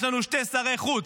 יש לנו שני שרי חוץ,